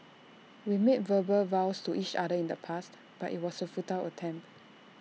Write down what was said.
we made verbal vows to each other in the past but IT was A futile attempt